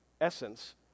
essence